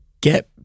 get